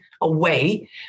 away